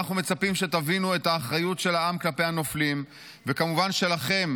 אנחנו מצפים שתבינו את האחריות של העם כלפי הנופלים וכמובן שלכם,